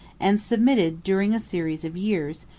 and submitted, during a series of years,